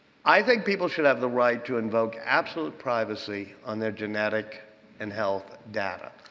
i think people should have the right to invoke absolute privacy on their genetic and health data.